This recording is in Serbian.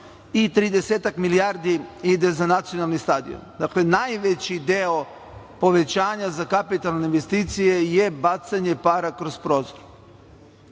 milijardi ide za nacionalni stadion. Dakle, najveći deo povećanja za kapitalne investicije je bacanje para kroz